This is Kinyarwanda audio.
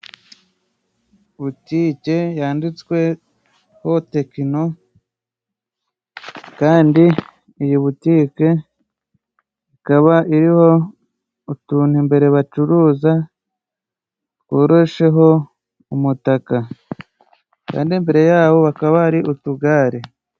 Butike yanditsweho Tekino, kandi iyi butike ikaba iriho utuntu imbere bacuruza tworosheho umutaka. Kandi imbere yaho hakaba hari utugare.